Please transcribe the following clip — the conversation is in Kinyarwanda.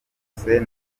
hose